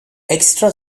extra